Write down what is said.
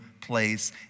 place